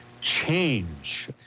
change